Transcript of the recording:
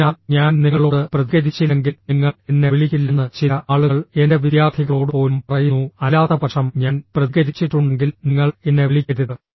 അതിനാൽ ഞാൻ നിങ്ങളോട് പ്രതികരിച്ചില്ലെങ്കിൽ നിങ്ങൾ എന്നെ വിളിക്കില്ലെന്ന് ചില ആളുകൾ എന്റെ വിദ്യാർത്ഥികളോട് പോലും പറയുന്നു അല്ലാത്തപക്ഷം ഞാൻ പ്രതികരിച്ചിട്ടുണ്ടെങ്കിൽ നിങ്ങൾ എന്നെ വിളിക്കരുത്